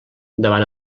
davant